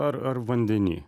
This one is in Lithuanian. ar ar vandeny